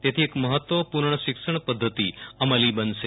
તેથી એક મફત્ત્વપૂર્ણ શિક્ષણ પદ્ધતિ અમલી બનશે